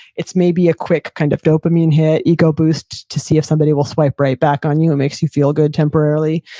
it's maybe a quick kind of dopamine hit, ego boost, to see if somebody will swipe right back on you. it and makes you feel good temporarily.